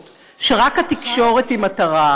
אני מקבלת את ההערה הזאת